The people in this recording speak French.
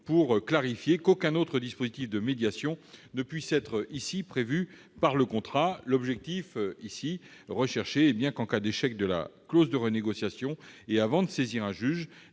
bien clair qu'aucun autre dispositif de médiation ne peut être prévu par le contrat. L'objectif est que, en cas d'échec de la clause de renégociation et avant de saisir un juge,